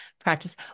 practice